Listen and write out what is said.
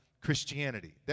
Christianity